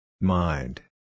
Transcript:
mind